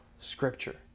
scripture